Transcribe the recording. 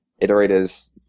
iterators